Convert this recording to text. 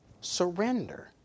surrender